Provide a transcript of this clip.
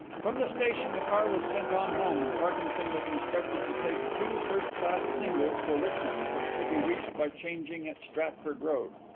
from the station the car was sent on home and parkinson was instructed to take two first-class singles for richmond, which could be reached by changing at stafford road.